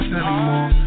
anymore